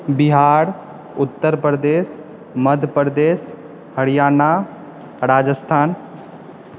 Bihar Uttar Pradesh Madhya Pradesh Haryana Rajasthan